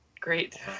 Great